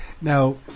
Now